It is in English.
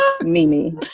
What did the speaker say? Mimi